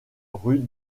rue